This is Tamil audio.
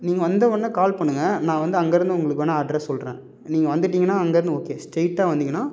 நீங்கள் வந்தவொன்னே கால் பண்ணுங்கள் நான் வந்து அங்கேருந்து உங்களுக்கு வேணா அட்ரெஸ் சொல்லுறேன் நீங்கள் வந்துவிட்டிங்கனா அங்கேருந்து ஓகே ஸ்ரைட்டா வந்திங்கன்னா